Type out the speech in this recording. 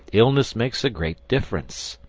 illness makes a great difference.